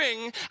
ring